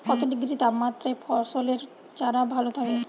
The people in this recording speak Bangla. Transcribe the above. কত ডিগ্রি তাপমাত্রায় ফসলের চারা ভালো থাকে?